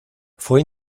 fue